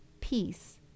peace